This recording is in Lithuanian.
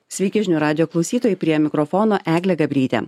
sveiki žinių radijo klausytojai prie mikrofono eglė gabrytė